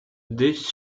this